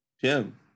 Jim